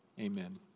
Amen